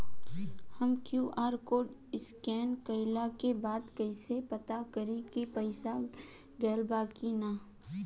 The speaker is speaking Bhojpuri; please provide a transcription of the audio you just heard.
हम क्यू.आर कोड स्कैन कइला के बाद कइसे पता करि की पईसा गेल बा की न?